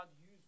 use